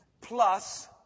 plus